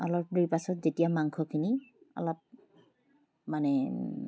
অলপ দেৰিৰ পাছত যেতিয়া মাংসখিনি অলপ মানে